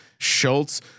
Schultz